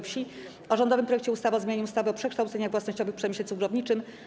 Wsi o rządowym projekcie ustawy o zmianie ustawy o przekształceniach własnościowych w przemyśle cukrowniczym.